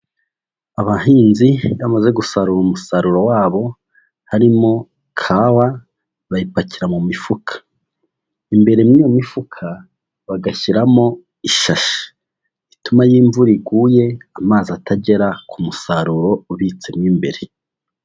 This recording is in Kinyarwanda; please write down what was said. Abahinzi bamaze gusarura umusaruro wabo harimo kawa, bayipakira mu mifuka, imbere mu iyi mifuka bagashyiramo ishashi ituma iyo imvura iguye amazi atagera ku musaruro ubitsemo imbere.